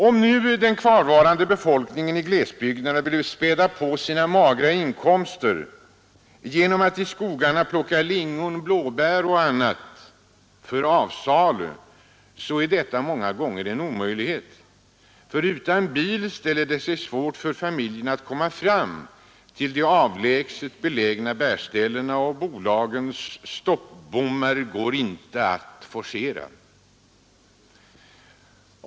Om nu den kvarvarande befolkningen i glesbygderna vill späda på sina magra inkomster genom att i skogarna plocka lingon, blåbär och annat för avsalu är detta många gånger en omöjlighet. Utan bil ställer det sig svårt för familjen att komma fram till de avlägset belägna bärställena, och bolagens stoppbommar går inte att forcera.